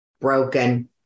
broken